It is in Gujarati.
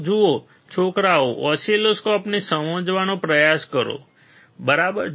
તો જુઓ છોકરાઓ ઓસિલોસ્કોપને સમજવાનો પ્રયત્ન કરો બરાબર